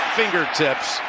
fingertips